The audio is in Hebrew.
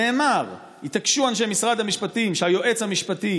נאמר, והתעקשו אנשי משרד המשפטים שהיועץ המשפטי